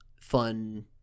fun